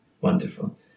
Wonderful